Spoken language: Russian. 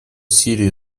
сирии